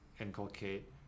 inculcate